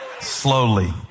slowly